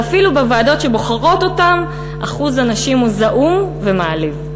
ואפילו בוועדות שבוחרות אותם אחוז הנשים הוא זעום ומעליב.